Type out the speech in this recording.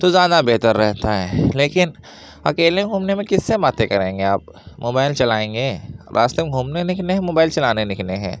تو زیادہ بہتر رہتا ہے لیکن اکیلے گھومنے میں کس سے باتیں کریں گے آپ موبائل چلائیں گے راستے میں گھومنے نکلے ہیں موبائل چلانے نکلے ہیں